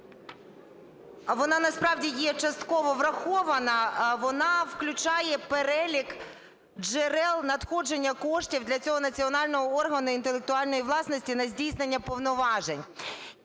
вона насправді є частково врахована, вона включає перелік джерел надходження коштів для цього Національного органу інтелектуальної власності на здійснення повноважень.